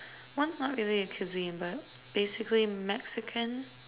one's not is really a cuisine by basically Mexican